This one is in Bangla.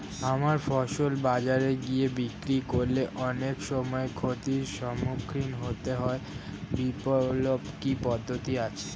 আমার ফসল বাজারে গিয়ে বিক্রি করলে অনেক সময় ক্ষতির সম্মুখীন হতে হয় বিকল্প কি পদ্ধতি আছে?